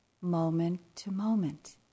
moment-to-moment